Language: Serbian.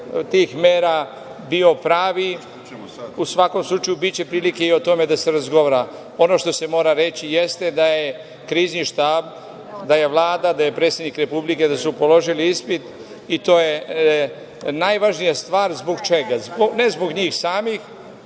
tih mera bio pravi. U svakom slučaju, biće prilike i o tome da se razgovara. Ono što se mora reći jeste da je Krizni štab, da je Vlada, da je predsednik Republike, da su položili ispit i to je najvažnija stvar. Zbog čega? Ne zbog njih samih.